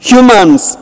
Humans